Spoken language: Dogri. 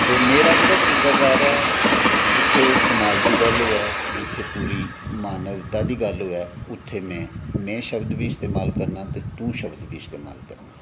ते मेरा जेह्ड़ा तरीकाकार ऐ जित्थै समाज दी गल्ल होवै जित्थै पूरी मानवता दी गल्ल होवै उत्थै में शब्द बी इस्तेमाल बी करना ते तू शब्द बी इस्तेमाल करना